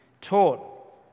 taught